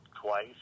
twice